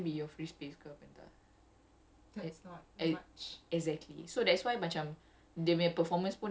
so like literally I was running on entah something macam hundred M_B of free space ke apa entah